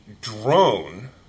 drone